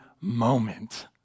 moment